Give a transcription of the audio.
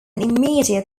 immediate